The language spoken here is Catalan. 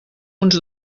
uns